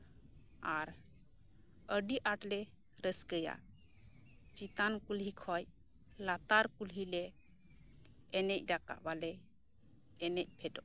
ᱟᱨ ᱟᱹᱰᱤ ᱟᱴᱞᱮ ᱨᱟᱹᱥᱠᱟᱹᱭᱟ ᱪᱮᱛᱟᱱ ᱠᱩᱞᱦᱤ ᱠᱷᱚᱱ ᱞᱟᱛᱟᱨ ᱠᱩᱞᱦᱤᱞᱮ ᱮᱱᱮᱡ ᱨᱟᱠᱟᱵ ᱟᱞᱮ ᱮᱱᱮᱡ ᱯᱷᱮᱰᱚᱜ ᱟᱞᱮ ᱟᱨ